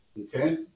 okay